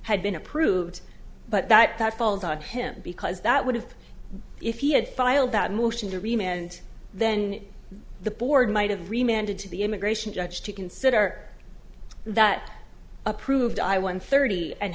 had been approved but that that falls on him because that would have if he had filed that motion to remain and then the board might have remained to the immigration judge to consider that approved i one thirty and